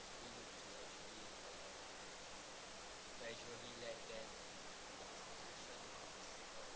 okay